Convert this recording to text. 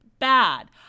Bad